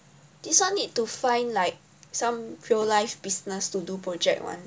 this one need to find like some real life business to do project [one]